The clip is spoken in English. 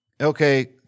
Okay